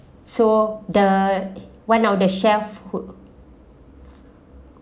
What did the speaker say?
so the one of the chef who